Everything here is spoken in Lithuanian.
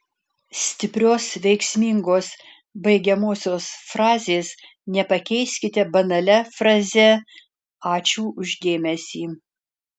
stiprios veiksmingos baigiamosios frazės nepakeiskite banalia fraze ačiū už dėmesį